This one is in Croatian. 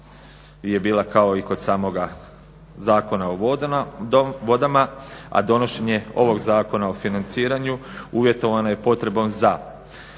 je bila kao i kod samoga Zakona o vodama, a donošenje ovog Zakon o financiranju uvjetovano je potrebno za